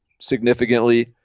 significantly